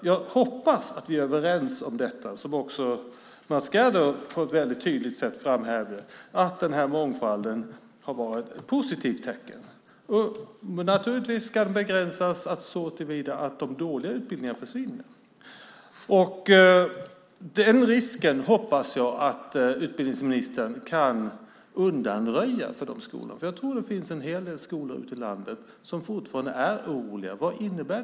Jag hoppas att vi är överens om detta som också Mats Gerdau på ett väldigt tydligt sätt framhävde, nämligen att den här mångfalden har varit ett positivt tecken. Naturligtvis ska den begränsas såtillvida att de dåliga utbildningarna försvinner. Den risken hoppas jag att utbildningsministern kan undanröja för de skolorna, för jag tror att det finns en hel del skolor ute i landet som fortfarande är oroliga över vad detta innebär.